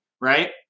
right